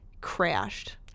crashed